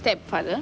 stepfather